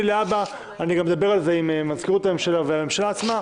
אני אדבר על זה גם עם מזכירות הממשלה ועם הממשלה עצמה,